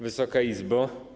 Wysoka Izbo!